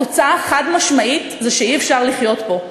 התוצאה החד-משמעית היא שאי-אפשר לחיות פה.